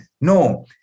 No